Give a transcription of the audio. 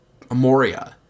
Amoria